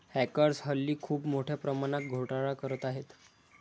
hackers हल्ली खूप मोठ्या प्रमाणात घोटाळा करत आहेत